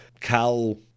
cal